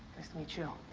nice to meet you.